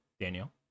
Daniel